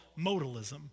modalism